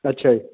ਅੱਛਾ ਜੀ